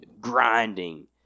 grinding